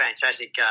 fantastic